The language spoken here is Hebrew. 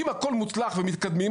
אם הכול מוצלח ומתקדמים,